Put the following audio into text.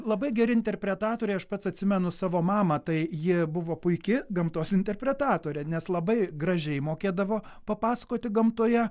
labai geri interpretatoriai aš pats atsimenu savo mamą tai ji buvo puiki gamtos interpretatorė nes labai gražiai mokėdavo papasakoti gamtoje